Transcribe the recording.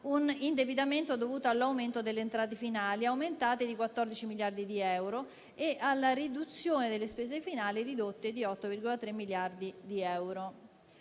un indebitamento dovuto all'aumento delle entrate finali, aumentate di 14 miliardi di euro, e alla riduzione delle spese finali, ridotte di 8,3 miliardi di euro.